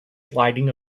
sliding